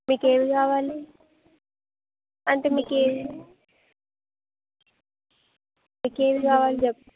మీకేమి కావాలి అంటే మీకు మీకేవి కావాలి చెప్తే